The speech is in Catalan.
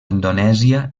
indonèsia